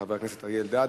חבר הכנסת אריה אלדד.